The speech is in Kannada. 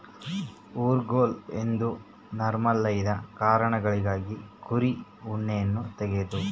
ಊರುಗೋಲು ಎಂದ್ರ ನೈರ್ಮಲ್ಯದ ಕಾರಣಗಳಿಗಾಗಿ ಕುರಿಯ ಉಣ್ಣೆಯನ್ನ ತೆಗೆದು